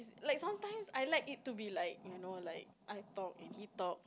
like sometimes I like it to be like you know like I talk and he talk